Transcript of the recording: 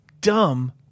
dumb